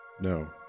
No